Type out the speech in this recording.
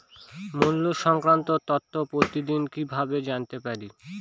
মুল্য সংক্রান্ত তথ্য প্রতিদিন কিভাবে জানতে পারি?